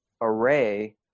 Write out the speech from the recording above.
array